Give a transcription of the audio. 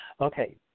Okay